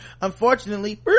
unfortunately